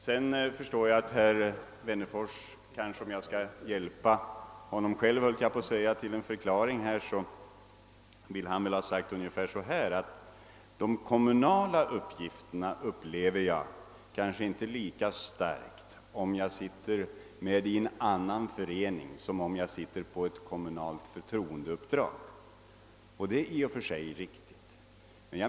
Om jag skall hjälpa herr Wennerfors till en förklaring ville han väl ha sagt ungefär så här, att han inte upplever de kommunala uppgifterna lika starkt om han sitter med i en föreningsstyrelse som om han har ett kommunalt förtroendeuppdrag. Det är i och för sig riktigt.